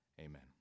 Amen